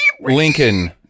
lincoln